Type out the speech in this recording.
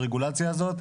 ברגולציה הזאת.